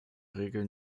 regel